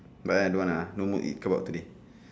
but then I don't want ah no mood eat kebab today